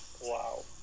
Wow